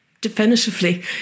definitively